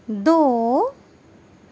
دو